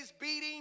beating